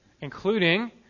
including